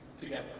together